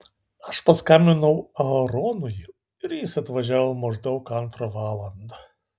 aš paskambinau aaronui ir jis atvažiavo maždaug antrą valandą